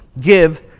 give